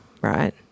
Right